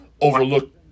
overlook